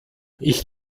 ich